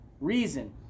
reason